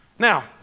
Now